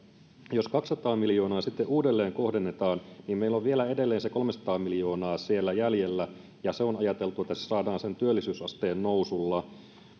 jos kaksisataa miljoonaa sitten uudelleenkohdennetaan niin meillä on vielä edelleen se kolmesataa miljoonaa siellä jäljellä ja on ajateltu että se saadaan sen työllisyysasteen nousulla